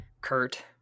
Kurt